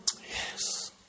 Yes